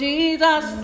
Jesus